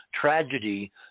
tragedy